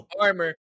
armor